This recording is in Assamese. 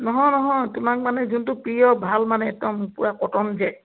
নহয় নহয় তোমাক মানে যোনটো পিয়ৰ ভাল মানে একদম পূৰা কটন যে